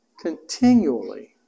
continually